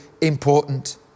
important